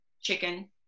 chicken